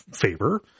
favor